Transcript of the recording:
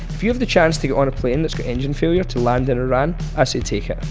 if you have the chance to go on a plane that's got engine failure to land in iran, i say take it.